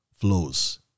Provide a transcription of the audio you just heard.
flows